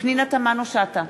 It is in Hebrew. פנינה תמנו-שטה,